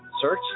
Search